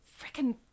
freaking